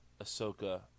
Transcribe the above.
Ahsoka